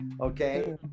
Okay